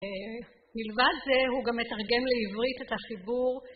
מלבד זה הוא גם מתרגם לעברית את החיבור.